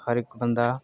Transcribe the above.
हर इक बंदा